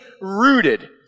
rooted